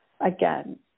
again